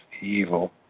Evil